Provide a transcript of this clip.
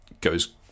goes